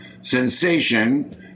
sensation